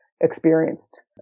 experienced